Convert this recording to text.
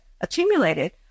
accumulated